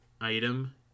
item